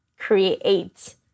create